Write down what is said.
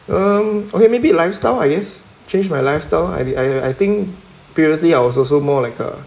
um okay maybe lifestyle I guess change my lifestyle I I I think previously I was also more like a